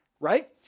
Right